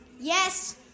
Yes